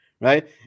right